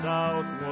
South